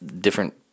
different